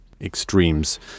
extremes